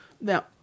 Now